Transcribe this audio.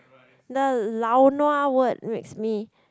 the lao nua word makes me